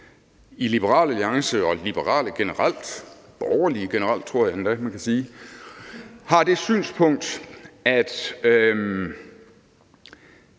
i Liberal Alliance og hos liberale generelt og borgerlige generelt – tror jeg endda man kan sige – har det synspunkt, at